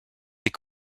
des